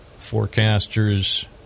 Forecasters